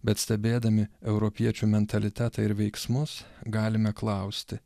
bet stebėdami europiečių mentalitetą ir veiksmus galime klausti